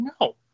no